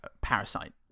parasite